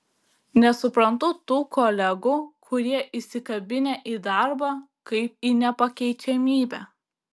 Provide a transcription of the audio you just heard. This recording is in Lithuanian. nesuprantu tų kolegų kurie įsikabinę į darbą kaip į nepakeičiamybę